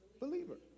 believer